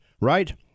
right